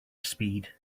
speed